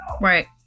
Right